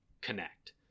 connect